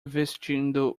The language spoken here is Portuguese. vestindo